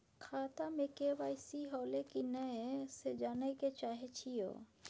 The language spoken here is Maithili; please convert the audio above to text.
खाता में के.वाई.सी होलै की नय से जानय के चाहेछि यो?